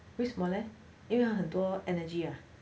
为什么 leh 因为很多 energy ah